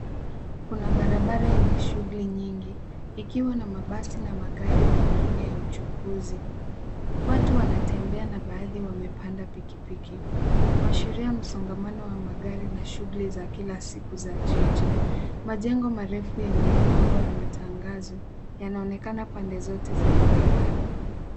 Kuna barabara yenye shughuli nyingi ikiwa na mabasi na magari mengine ya uchukuzi. Watu wanatembea na baadhi wamepanda pikipiki kuashiria msongamano wa magari na shughuli za kila siku za jiji. Majengo marefu yenye mabango ya matangazo yanaonekana pande zote za barabara.